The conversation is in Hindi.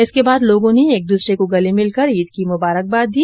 इसके बाद लोगों ने एक दूसरें को गले मिलकर ईद की मुबारकबाद दी